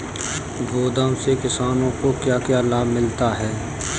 गोदाम से किसानों को क्या क्या लाभ मिलता है?